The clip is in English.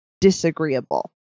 disagreeable